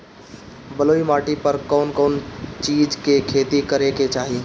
बलुई माटी पर कउन कउन चिज के खेती करे के चाही?